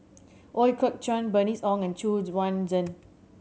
Ooi Kok Chuen Bernice Ong and Xu Yuan Zhen